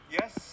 yes